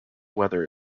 weather